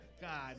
God